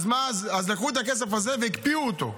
אז לקחו את הכסף הזה והקפיאו אותו.